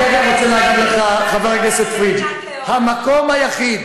חבר הכנסת פריג', המקום היחיד